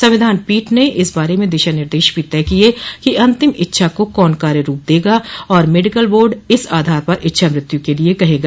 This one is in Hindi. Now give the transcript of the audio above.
संविधान पीठ ने इस बारे में दिशा निर्देश भी तय किये कि अंतिम इच्छा को कौन कार्य रूप देगा और मेडिकल बोर्ड इस आधार पर इच्छा मृत्यु के लिए कहेगा